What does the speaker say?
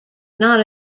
not